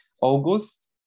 August